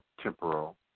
temporal